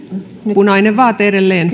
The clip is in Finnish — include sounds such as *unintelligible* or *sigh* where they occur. punainen vaate edelleen *unintelligible*